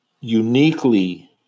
uniquely